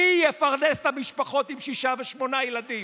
מי יפרנס את המשפחות עם שישה ושמונה ילדים?